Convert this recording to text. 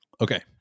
Okay